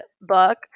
book